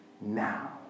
now